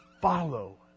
follow